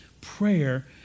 prayer